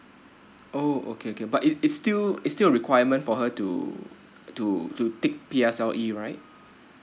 oh okay okay but it it's still it's still a requirement for her to to to take P S L E right